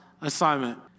assignment